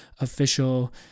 official